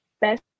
best